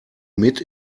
mit